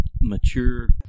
mature